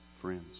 Friends